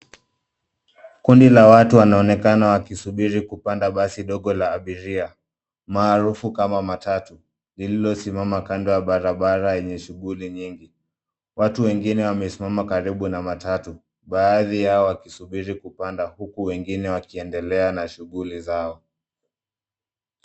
Kundi la watu wanaonekana wakisubiri kupanda basi dogo la abiria, maarufu kama matatu, lililosimama kando ya barabara yenye shughuli nyingi. Watu wengine wamesimama karibu na matatu baadhi yao wakisubiri kupanda huku wengine wakiendelea na shughuli zao.